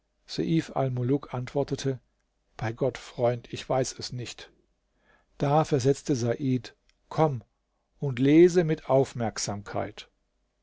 antwortete bei gott freund ich weiß es nicht da versetzte said komme und lese mit aufmerksamkeit